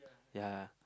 ya